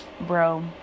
bro